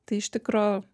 tai iš tikro